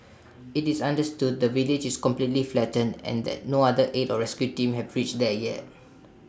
IT is understood the village is completely flattened and that no other aid or rescue teams have reached there yet